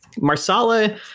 Marsala